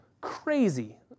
crazy